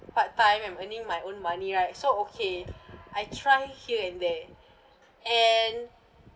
part time I'm earning my own money right so okay I try here and there and